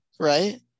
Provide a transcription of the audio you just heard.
Right